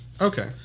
Okay